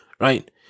Right